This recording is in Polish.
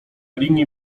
linii